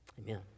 Amen